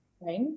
Right